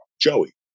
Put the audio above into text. Joey